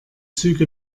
züge